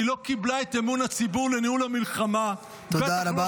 היא לא קיבלה את אמון הציבור לניהול המלחמה -- תודה רבה.